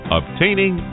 obtaining